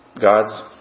God's